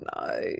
no